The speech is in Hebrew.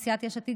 סיעת יש עתיד,